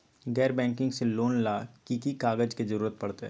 गैर बैंकिंग से लोन ला की की कागज के जरूरत पड़तै?